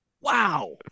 Wow